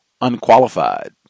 unqualified